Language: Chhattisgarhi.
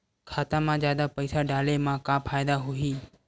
खाता मा जादा पईसा डाले मा का फ़ायदा होही?